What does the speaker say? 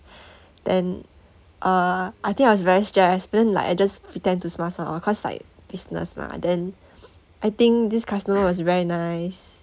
then uh I think I was very stressed but then like I just pretend to smile also uh cause like business mah then I think this customer was very nice